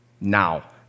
Now